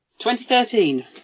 2013